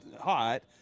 hot